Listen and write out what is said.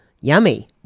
Yummy